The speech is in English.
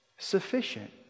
sufficient